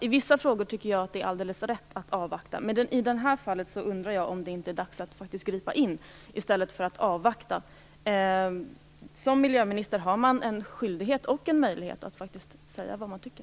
I vissa frågor tycker jag att det är alldeles rätt att avvakta, men i det här fallet undrar jag om det inte är dags att faktiskt gripa in i stället för att avvakta. Som miljöminister har man en skyldighet och en möjlighet att faktiskt säga vad man tycker.